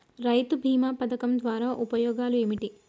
రైతు బీమా పథకం ద్వారా ఉపయోగాలు ఏమిటి?